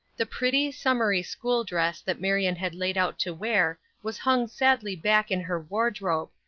the pretty, summery school dress that marion had laid out to wear was hung sadly back in her wardrobe,